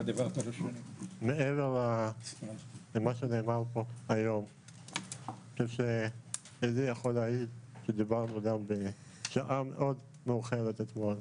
מעבר למה שנאמר פה היום אני יכול להעיד שדיברנו בשעה מאוחרת מאוד אתמול,